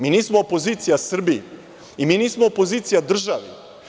Mi nismo opozicija Srbiji i mi nismo opozicija državi.